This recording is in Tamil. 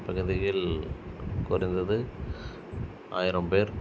இந்த பகுதியில் குறைந்தது ஆயிரம் பேர்